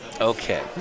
Okay